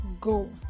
go